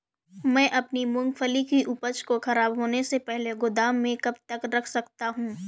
मैं अपनी मूँगफली की उपज को ख़राब होने से पहले गोदाम में कब तक रख सकता हूँ?